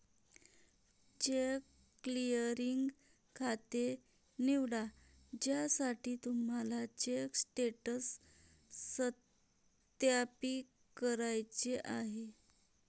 check clearing खाते निवडा ज्यासाठी तुम्हाला चेक स्टेटस सत्यापित करायचे आहे